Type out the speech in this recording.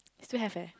still have eh